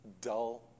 dull